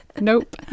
Nope